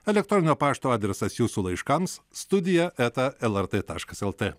elektroninio pašto adresas jūsų laiškams studija eta elert taškas el t